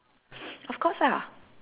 of course lah